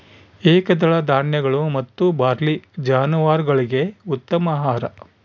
ಏಕದಳ ಧಾನ್ಯಗಳು ಮತ್ತು ಬಾರ್ಲಿ ಜಾನುವಾರುಗುಳ್ಗೆ ಉತ್ತಮ ಆಹಾರ